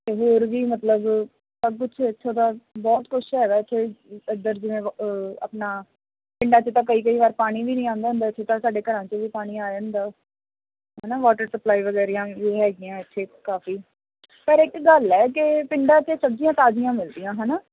ਅਤੇ ਹੋਰ ਵੀ ਮਤਲਬ ਸਭ ਕੁਛ ਇੱਥੋਂ ਦਾ ਬਹੁਤ ਕੁਛ ਹੈਗਾ ਇੱਥੇ ਇੱਧਰ ਦੀਆਂ ਆਪਣਾ ਪਿੰਡਾਂ 'ਚ ਤਾਂ ਕਈ ਕਈ ਵਾਰ ਪਾਣੀ ਵੀ ਨਹੀਂ ਆਉਂਦਾ ਹੁੰਦਾ ਇੱਥੇ ਤਾਂ ਸਾਡੇ ਘਰਾਂ 'ਚ ਵੀ ਪਾਣੀ ਆ ਜਾਂਦਾ ਹੈ ਨਾ ਵਾਟਰ ਸਪਲਾਈ ਵਗੈਰੀਆਂ ਵੀ ਹੈਗੀਆਂ ਇੱਥੇ ਕਾਫੀ ਪਰ ਇੱਕ ਗੱਲ ਹੈ ਕਿ ਪਿੰਡਾਂ 'ਚ ਸਬਜ਼ੀਆਂ ਤਾਜ਼ੀਆਂ ਮਿਲਦੀਆਂ ਹੈ ਨਾ